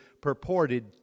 purported